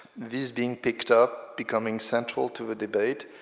this being picked up, becoming central to the debate,